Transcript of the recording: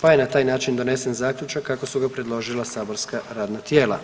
pa je na taj način donesen zaključak kako su ga predložila saborska radna tijela.